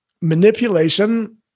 Manipulation